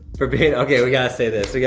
for being. okay, we gotta say this, yeah